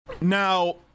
Now